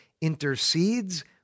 intercedes